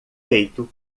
feito